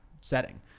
setting